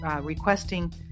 requesting